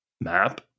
map